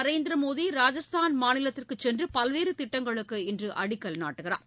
நரேந்திர மோடி ராஜஸ்தான் மாநிலத்திற்கு சென்று பல்வேறு திட்டங்களுக்கு இன்று அடிக்கல் நாட்டுகிறார்